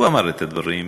הוא אמר את הדברים,